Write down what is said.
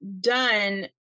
done